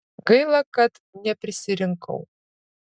gaila kad neprisirinkau